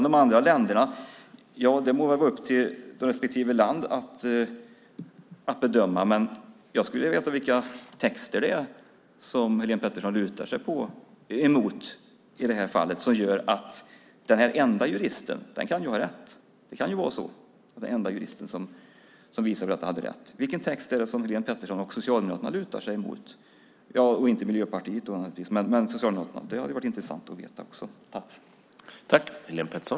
De andra länderna: Ja, det må vara upp till respektive land att bedöma. Men jag skulle vilja veta vilka texter som Helén Pettersson lutar sig emot i detta fall. Det kan ju vara så att den enda jurist som visade detta hade rätt. Vilken text är det som Helén Pettersson och Socialdemokraterna - inte Miljöpartiet då - lutar sig emot? Det hade varit intressant att veta.